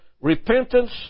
repentance